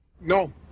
No